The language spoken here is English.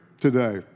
today